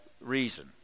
reason